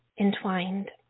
entwined